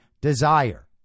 desire